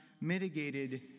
mitigated